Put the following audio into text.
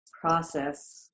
process